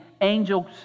angel's